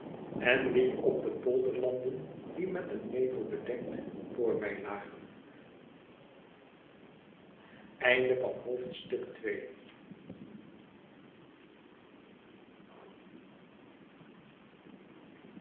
en liep op de polderlanden die met een nevel bedekt voor mij lagen